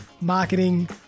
marketing